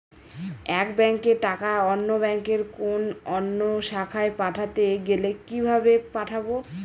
এক ব্যাংকের টাকা অন্য ব্যাংকের কোন অন্য শাখায় পাঠাতে গেলে কিভাবে পাঠাবো?